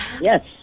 Yes